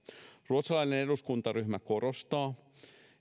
ruotsalainen eduskuntaryhmä korostaa